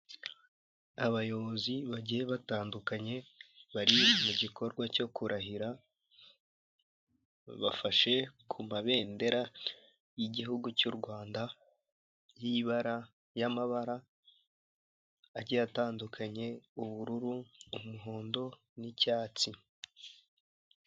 Abayobozi bagiye batandukanye, bari mu gikorwa cyo kurahira, bafashe ku mabendera y'igihugu cy'u Rwanda, y'amabara agiye atandukanye, ubururu, umuhondo, nicyatsi.